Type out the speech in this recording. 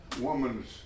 woman's